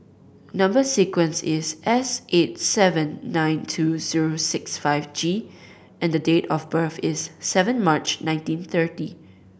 number sequence is S eight seven nine two zero six five G and the date of birth is seven March nineteen thirty